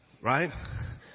Right